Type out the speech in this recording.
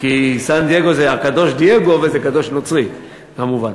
סן-דייגו זה הקדוש דייגו, וזה קדוש נוצרי כמובן.